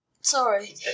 Sorry